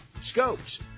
scopes